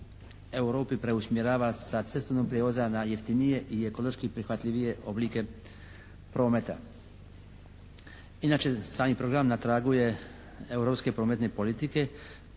Europi preusmjerava sa cestovnog prijevoza na jeftinije i ekološki prihvatljivije oblike prometa. Inače sami program na tragu je europske prometne politike